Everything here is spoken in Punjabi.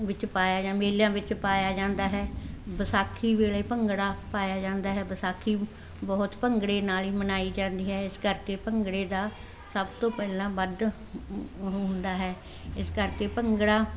ਵਿੱਚ ਪਾਇਆ ਜਾਂ ਮੇਲਿਆਂ ਵਿੱਚ ਪਾਇਆ ਜਾਂਦਾ ਹੈ ਵਿਸਾਖੀ ਵੇਲੇ ਭੰਗੜਾ ਪਾਇਆ ਜਾਂਦਾ ਹੈ ਵਿਸਾਖੀ ਬਹੁਤ ਭੰਗੜੇ ਨਾਲ ਹੀ ਮਨਾਈ ਜਾਂਦੀ ਹੈ ਇਸ ਕਰਕੇ ਭੰਗੜੇ ਦਾ ਸਭ ਤੋਂ ਪਹਿਲਾਂ ਵੱਧ ਹੁੰਦਾ ਹੈ ਇਸ ਕਰਕੇ ਭੰਗੜਾ